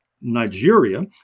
Nigeria